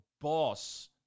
boss